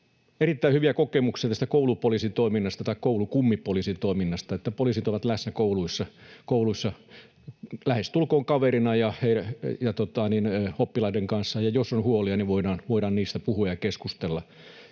erittäin hyviä kokemuksia tästä koulupoliisitoiminnasta tai koulukummipoliisitoiminnasta, että poliisit ovat läsnä kouluissa lähestulkoon kaverina ja oppilaiden kanssa, ja jos on huolia, voidaan niistä puhua ja keskustella.